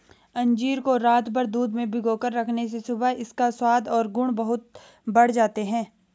अंजीर को रातभर दूध में भिगोकर रखने से सुबह इसका स्वाद और गुण बहुत बढ़ जाते हैं